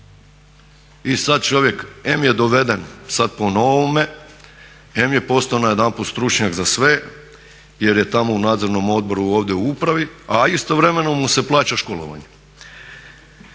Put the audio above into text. I sada čovjek em je doveden sada po novome, em je postao najedanput stručnjak za sve jer je tamo u nadzornom odboru ovdje u upravi, a istovremeno mu se plaća školovanje.